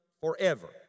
forever